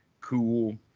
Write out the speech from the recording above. cool